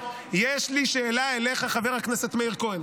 מי גזען פה?